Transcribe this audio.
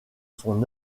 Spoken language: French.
son